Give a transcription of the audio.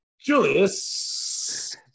Julius